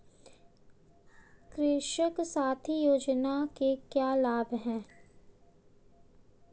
कृषक साथी योजना के क्या लाभ हैं?